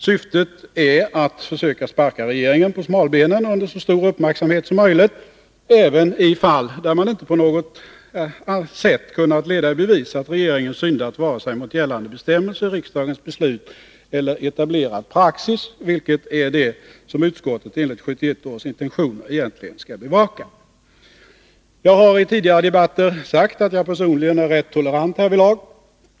Syftet är att försöka sparka regeringen på smalbenen under så stor uppmärksamhet som möjligt, även i fall där man inte på något sätt kunnat leda i bevis att regeringen syndat vare sig mot gällande bestämmelser, riksdagens beslut eller etablerad praxis, vilket är det som utskottet enligt 1971 års intentioner egentligen skall bevaka. Jag haritidigare debatter sagt att jag personligen är rätt tolerant därvidlag.